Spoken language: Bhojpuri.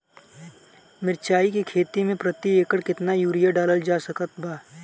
मिरचाई के खेती मे प्रति एकड़ केतना यूरिया डालल जा सकत बा?